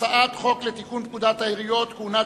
הצעת חוק לתיקון פקודת העיריות (כהונת